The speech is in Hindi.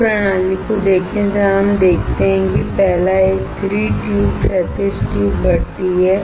इस प्रणाली को देखें जहां हम देखते हैं कि पहला एक 3 ट्यूब क्षैतिज ट्यूब भट्ठी है